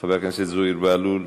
חבר הכנסת זוהיר בהלול,